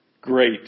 great